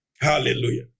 Hallelujah